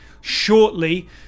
shortly